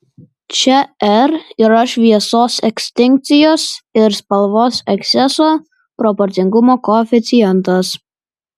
čia r yra šviesos ekstinkcijos ir spalvos eksceso proporcingumo koeficientas